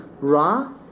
Ra